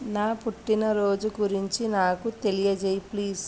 నా పుట్టినరోజు గురించి నాకు తెలియజెయ్యి ప్లీజ్